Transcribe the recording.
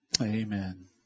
Amen